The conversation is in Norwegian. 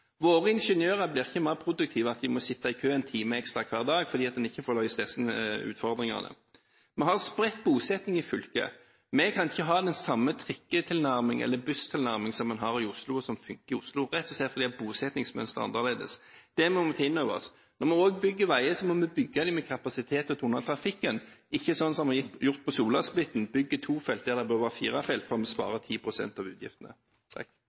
Våre ingeniører blir ikke mer produktive av at de må sitte i kø en time ekstra hver dag fordi man ikke får løst disse utfordringene. Vi har spredt bosetting i fylket. Vi kan ikke ha den samme trikketilnærming eller busstilnærming som man har i Oslo, og som funker i Oslo, rett og slett fordi bosettingsmønsteret er annerledes. Det må vi ta inn over oss. Når vi bygger veier, må vi bygge dem med kapasitet til å ta unna trafikken, ikke sånn som det er gjort på Solasplitten, ved å bygge tofelts vei der det burde vært firefelts, for å spare 10 pst. av utgiftene.